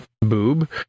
boob